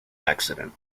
accident